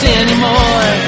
anymore